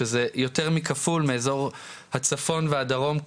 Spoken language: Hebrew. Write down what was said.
שזה יותר מכפול מאיזור הצפון והדרום,